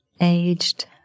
aged